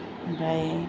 ओमफ्राय